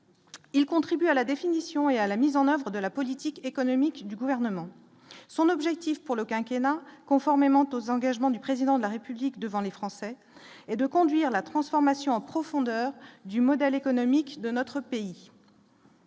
et contribue à la définition et à la mise en oeuvre de la politique économique du gouvernement, son objectif pour le quinquennat conformément aux engagements du président de la République devant les Français et de conduire la transformation en profondeur du modèle économique de notre pays.